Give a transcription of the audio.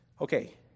Okay